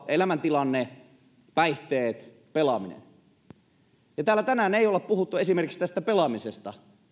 elämäntilanne päihteet pelaaminen täällä tänään ei ole puhuttu esimerkiksi tästä pelaamisesta